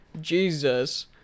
Jesus